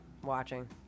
watching